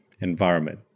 environment